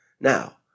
Now